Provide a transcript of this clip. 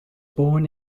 born